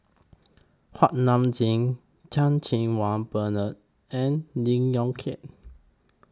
Kuak Nam Jin Chan Cheng Wah Bernard and Lee Yong Kiat